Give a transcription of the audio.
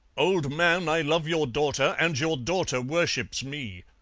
old man, i love your daughter and your daughter worships me!